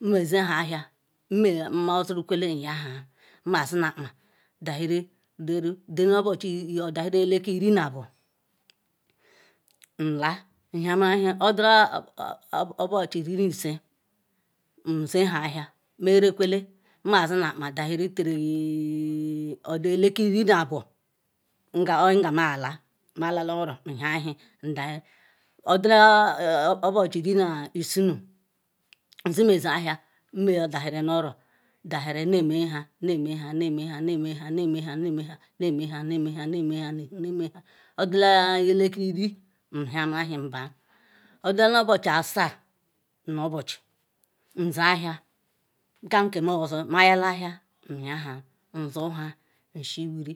Nmeziha ahia, nme mozurukole nyeha nmazi nakpa dahiri rera dem runu obuchi odahiri elekiri iri-nabu nla nhiamara-ewhi odula obuchi iri neke nzcha-ahia merekole nma i na-akpa dahera tilliliowa odu elekiri Irinabu ngam obu nga mayala, ma-lala-oro nhia ewhi nduheri odula obuchi Irinulsuno nzime ziahia nmeadaheri-noro dahera neme nha nemenha nemenha nemenha odula elekiri Irin nhiama-ewhi nbaa odula nobuchi asa nu-obuchi nziahia nkem ke meyozu mayala ahia yeha nsunha nshewuri